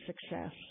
success